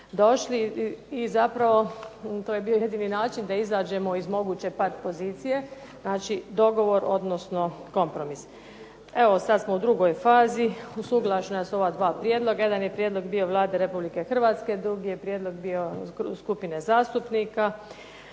došli. I zapravo to je bio jedini način da izađemo iz moguće pat pozicije, znači dogovor odnosno kompromis. Evo sada smo u drugoj fazi. Usuglašena su ova dva prijedloga, jedan je prijedlog bio Vlada Republike Hrvatske, drugi je prijedlog bio skupine zastupnika.